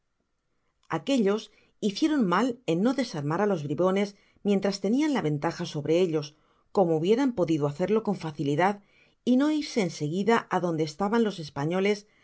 aquellos hicieron mal en bo desarmar á los bribones mientras tenian la ventaja sobre ellos como hubieran podido hacerlo con facilidad y no irse en seguida adonde es taban os españoles